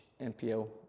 NPL